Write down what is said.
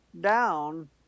down